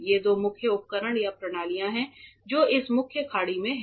ये दो मुख्य उपकरण या प्रणालियाँ हैं जो इस मुख्य खाड़ी में हैं